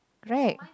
rag